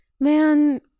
Man